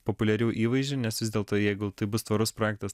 populiarių įvaizdžių nes vis dėlto jeigu tai bus tvarus projektas